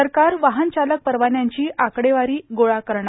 सरकार वाहन चालक परवाव्यांची आकडेवारी गोळा करणार